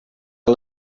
que